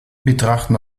betrachten